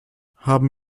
haben